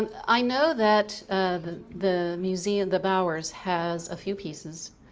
i know that the the museum, the bowers, has a few pieces.